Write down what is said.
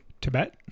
Tibet